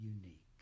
unique